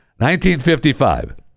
1955